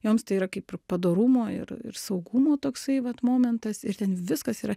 joms tai yra kaip ir padorumo ir ir saugumo toksai vat momentas ir ten viskas yra